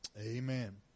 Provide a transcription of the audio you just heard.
Amen